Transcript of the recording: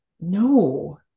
No